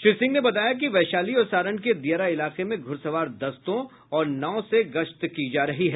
श्री सिंह ने बताया कि वैशाली और सारण के दियारा इलाके में घुड़सवार दस्तों और नाव से गश्त की जा रही है